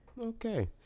Okay